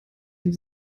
die